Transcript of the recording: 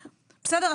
נכון?